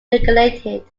regulated